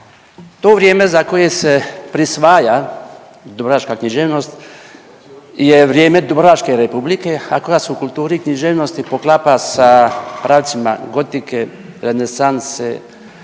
To vrijeme za koje se prisvaja dubrovačka književnost je vrijeme Dubrovačke Republike, a koja se u kulturi književnosti poklapa sa pravcima gotike, renesanse,